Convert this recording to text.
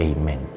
Amen